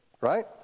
right